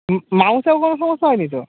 মা মাউসের কোনও সমস্যা হয় নি তো